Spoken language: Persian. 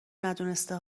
دونسته